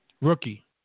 Rookie